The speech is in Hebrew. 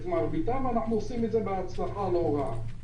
את מרביתם אנחנו עושים את זה בהצלחה לא רעה.